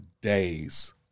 days